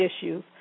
issues